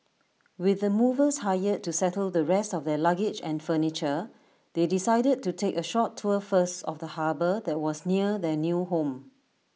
with the movers hired to settle the rest of their luggage and furniture they decided to take A short tour first of the harbour that was near their new home